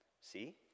See